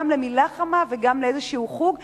גם למלה חמה וגם לאיזשהו חוג,